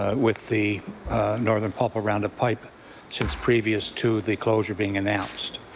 ah with the northern pulp around a pipe since previous to the closure being announced.